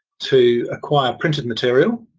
to acquire printed material.